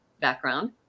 background